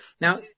Now